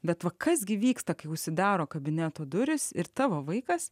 bet va kas gi vyksta kai užsidaro kabineto durys ir tavo vaikas